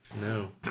No